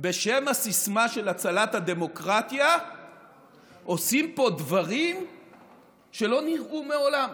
בשם הסיסמה של הצלת הדמוקרטיה עושים פה דברים שלא נראו מעולם.